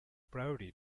priori